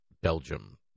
Belgium